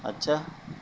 اچھا